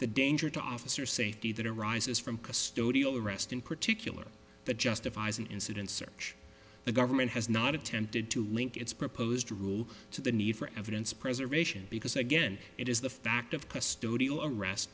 the danger to officer safety that arises from custodial arrest in particular that justifies an incident search the government has not attempted to link its proposed rule to the need for evidence preservation because again it is the fact of custodial arrest